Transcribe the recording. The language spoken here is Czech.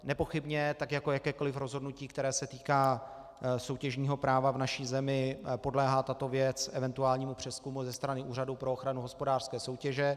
Nepochybně, tak jako jakékoliv rozhodnutí, které se týká soutěžního práva v naší zemi, podléhá tato věc eventuálnímu přezkumu ze strany Úřadu pro ochranu hospodářské soutěže.